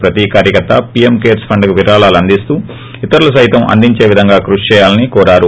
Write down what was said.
ప్రతీ కార్యకర్త PM cares ఫండ్కు విరాళాలు అందిస్తూ ఇతరులు సైతం అందించే విధంగా కృషి చేయాలని కోరారు